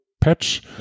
patch